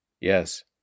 Yes